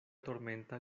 tormenta